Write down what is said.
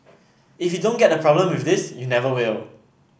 if you don't get the problem with this you never will